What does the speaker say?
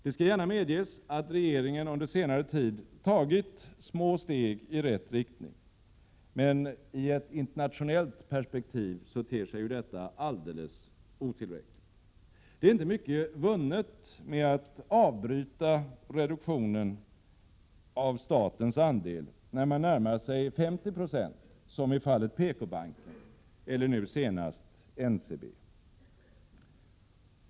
Det skall gärna medges att regeringen under senare tid har tagit små steg i rätt riktning, men i ett internationellt perspektiv ter sig detta alldeles otillräckligt. Det är inte mycket vunnet med att avbryta reduktionen av statens andel när man närmar sig 50 Jo, som i fallet PKbanken eller nu senast NCB.